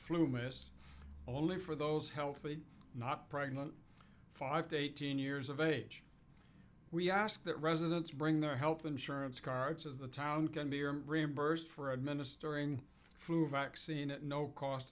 flu mist only for those healthy not pregnant five day eighteen years of age we ask that residents bring their health insurance cards as the town can be reimbursed for administering flu vaccine at no cost